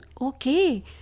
Okay